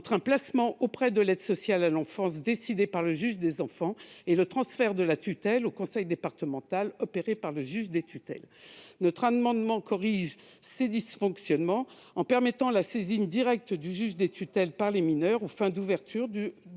entre un placement auprès de l'aide sociale à l'enfance, décidé par le juge des enfants, et le transfert de la tutelle au conseil départemental par le juge des tutelles. Notre amendement vise à corriger ces dysfonctionnements en permettant la saisine directe du juge des tutelles par les mineurs, aux fins d'ouverture d'une